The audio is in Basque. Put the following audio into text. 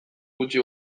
gutxi